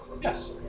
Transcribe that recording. Yes